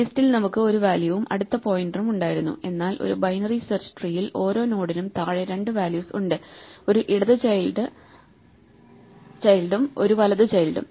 ലിസ്റ്റിൽ നമുക്ക് ഒരു വാല്യൂവും അടുത്ത പോയിന്ററും ഉണ്ടായിരുന്നു എന്നാൽ ഒരു ബൈനറി സെർച്ച് ട്രീയിൽ ഓരോ നോഡിനും താഴെ രണ്ട് വാല്യൂസ് ഉണ്ട് ഒരു ഇടത് ചൈൽഡ് വലതും ഒരു ചൈൽഡ്